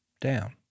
down